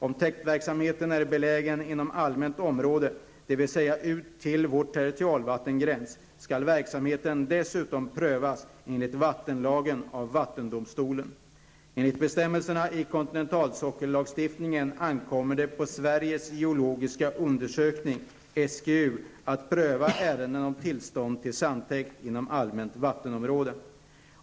Om täktverksamheten är belägen inom allmänt vattenområde, dvs. ut till vår territorialgräns, skall verksamheten dessutom prövas enligt vattenlagen av vattendomstol. Enligt bestämmelserna i kontinentalsockellagstiftningen ankommer det på Sveriges geologiska undersökning att pröva ärenden om tillstånd till sandtäkt inom allmänt vattenområde.